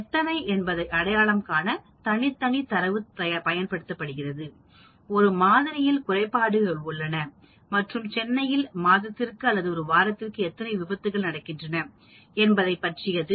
எத்தனை என்பதை அடையாளம் காண தனித்தனி தரவு பயன்படுத்தப்படுகிறது ஒரு மாதிரியில் குறைபாடுகள் உள்ளன மற்றும் சென்னையில் மாதத்திற்கு அல்லது ஒரு வாரத்திற்கு எத்தனை விபத்துக்கள் நடக்கின்றன என்பதை பற்றியது